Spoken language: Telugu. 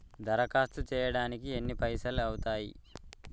దరఖాస్తు చేయడానికి ఎన్ని పైసలు అవుతయీ?